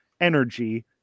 energy